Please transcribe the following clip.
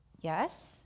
Yes